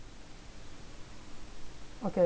okay